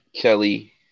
Kelly